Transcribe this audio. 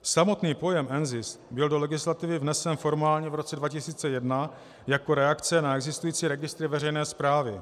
Samotný pojem NZIS byl do legislativy vnesen formálně v roce 2001 jako reakce na existující registry veřejné správy.